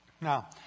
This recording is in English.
Now